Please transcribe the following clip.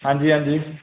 आंजी आंजी